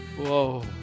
whoa